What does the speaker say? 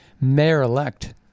mayor-elect